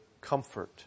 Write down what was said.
comfort